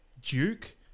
Duke